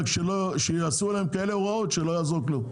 רק שיהיו כאלה הוראות שלא יעזור כלום.